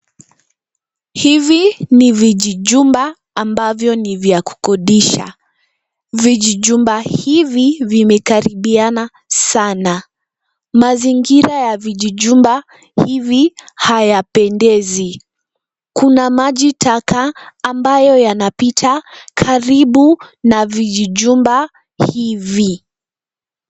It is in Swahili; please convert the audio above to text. Hivi ni vijijumba ambavyo ni vya kukodisha. Vijijumba hivi vimekaribiana sana. Mazingira ya vijijumba hivi hayapendezi. Kuna majitaka ambayo yanapita karibu na vijijumba hivi.